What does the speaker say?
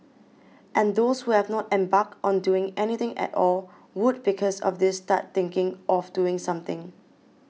and those who have not embarked on doing anything at all would because of this start thinking of doing something